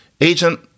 Agent